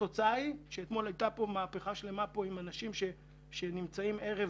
והתוצאה היא שאתמול הייתה פה מהפכה שלמה עם אנשים שנמצאים ערב